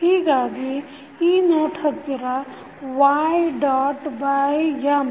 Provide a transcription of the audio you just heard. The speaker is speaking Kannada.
ಹೀಗಾಗಿ ಈ ನೋಟ್ ಹತ್ತಿರ y ಡಾಟ್ M